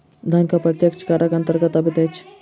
धन कर प्रत्यक्ष करक अन्तर्गत अबैत अछि